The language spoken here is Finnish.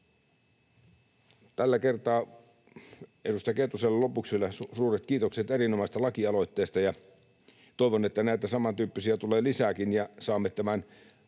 Tällä kertaa edustaja Kettuselle lopuksi vielä suuret kiitokset erinomaisesta lakialoitteesta, ja toivon, että näitä samantyyppisiä tulee lisääkin ja saamme tämän